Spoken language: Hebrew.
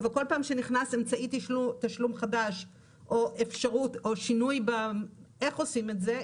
אבל כל פעם שנכנס אמצעי תשלום חדש או אפשרות או שינוי באיך עושים את זה,